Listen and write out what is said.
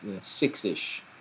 six-ish